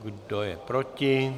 Kdo je proti?